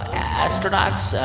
astronauts,